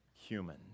human